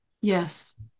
Yes